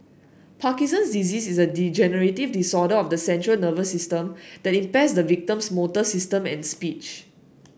Parkinson's disease is a degenerative disorder of the central nervous system that impairs the victim's motor system and speech